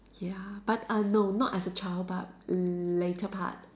ya but uh no not as a child but later part